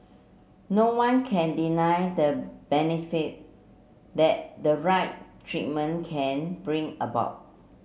no one can deny the benefit that the right treatment can bring about